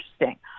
interesting